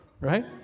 right